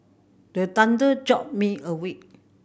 the thunder jolt me awake